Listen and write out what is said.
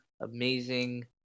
amazing